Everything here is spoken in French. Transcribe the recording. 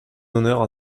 honneurs